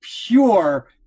pure